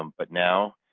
um but now,